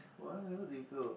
why I look at the girl